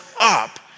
up